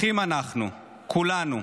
אחים אנחנו, כולנו,